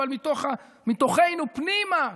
אבל מתוכנו פנימה,